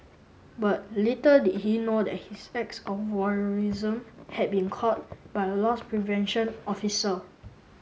but little did he know that his acts of voyeurism had been caught by a loss prevention officer